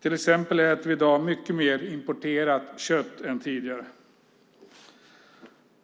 äter till exempel mycket mer importerat kött i dag än tidigare.